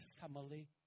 family